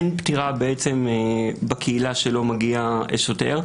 אין פטירה בעצם בקהילה שלא מגיע שוטר.